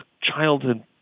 childhood